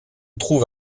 trouve